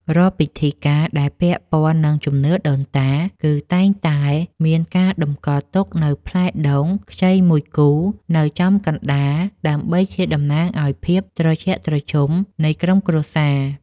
រាល់ពិធីការដែលពាក់ព័ន្ធនឹងជំនឿដូនតា គឺតែងតែមានការតម្កល់ទុកនូវផ្លែដូងខ្ចីមួយគូនៅចំកណ្តាលដើម្បីជាតំណាងឱ្យភាពត្រជាក់ត្រជុំនៃក្រុមគ្រួសារ។